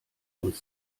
uns